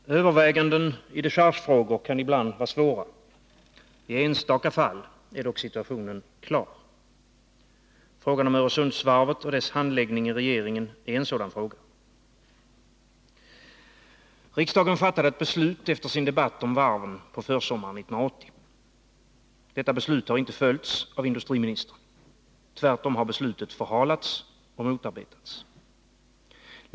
Herr talman! Överväganden i dechargefrågor kan ibland vara svåra. I enstaka fall är dock situationen klar. Frågan om Öresundsvarvet och dess handläggning i regeringen är en sådan fråga. Riksdagen fattade ett beslut efter sin debatt om varven på försommaren 1980. Detta beslut har inte följts av industriministern. Tvärtom har beslutet förhalats och motarbetats.